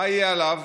מה יהיה עליו?